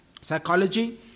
psychology